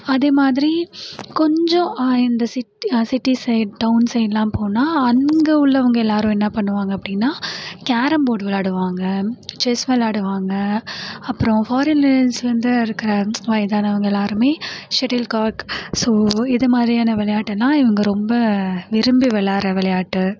அதே மாதிரி கொஞ்சம் இந்த சிட்டி சிட்டி சைட் டவுன் சைட்லாம் போனால் அங்கே உள்ளவங்கள் எல்லாரும் என்ன பண்ணுவாங்கள் அப்படின்னா கேரம் போர்டு விளாடுவாங்கள் செஸ் விளாடுவாங்கள் அப்புறம் வந்து இருக்கிற வயதானவங்கள் எல்லாருமே ஷெட்டில் கார்க் ஸோ இது மாதிரியான விளையாட்டுன்னால் இவங்க ரொம்ப விரும்பி விளையாடுற விளையாட்டு